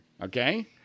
Okay